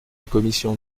commission